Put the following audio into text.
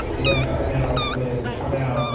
yes, i know. it lives, for now.